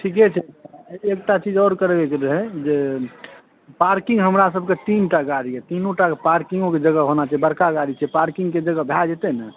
ठीके छै एकटा चीज आओर करै के रहै पार्किंग हमरा सबके तीन टा गाड़ी यऽ तीनू टा कऽ पर्किंगों कऽ जगह होना चाही बड़का गाड़ी छियै पार्किंग के जगह भए जेतै ने